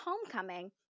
homecoming